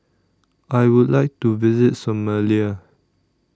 I Would like to visit Somalia